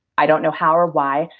i don't know how or why,